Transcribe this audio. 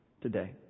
today